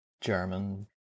German